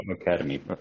academy